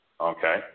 Okay